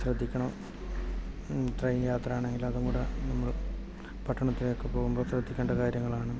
ശ്രദ്ധിക്കണം ട്രെയിൻ യാത്രയാണെങ്കിൽ അതും കൂടെ നമ്മൾ പട്ടണത്തിലേക്ക് പോകുമ്പോൾ ശ്രദ്ധിക്കേണ്ട കാര്യങ്ങളാണ്